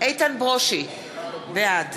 איתן ברושי, בעד